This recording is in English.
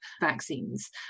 vaccines